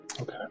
Okay